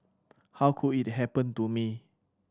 how could it happen to me